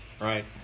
right